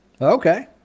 Okay